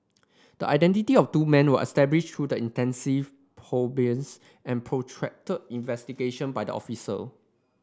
the identity of two men were established through intensive probes and protracted investigation by the officer